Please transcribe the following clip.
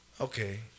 Okay